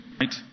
Right